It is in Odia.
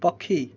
ପକ୍ଷୀ